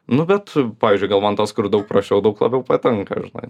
nu bet pavyzdžiui gal man tas kur daug prasčiau daug labiau patinka žinai